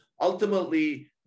ultimately